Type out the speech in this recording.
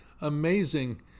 amazing